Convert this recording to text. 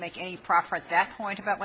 make a profit at that point about